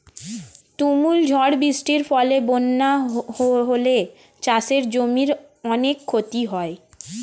তুমুল ঝড় বৃষ্টির ফলে বন্যা হলে চাষের জমির অনেক ক্ষতি হয়